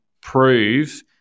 prove